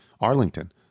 Arlington